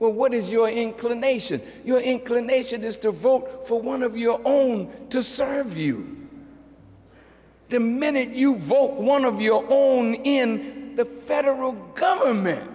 well what is your inclination your inclination is to vote for one of your own to serve you the minute you vote one of your own in the federal government